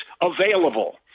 available